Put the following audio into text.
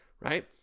right